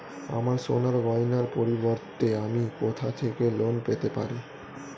আমার সোনার গয়নার পরিবর্তে আমি কোথা থেকে লোন পেতে পারি?